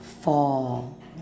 fall